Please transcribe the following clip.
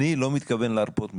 אני לא מתכוון להרפות מזה.